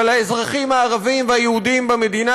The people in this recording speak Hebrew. אבל האזרחים הערבים והיהודים במדינה